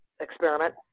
experiment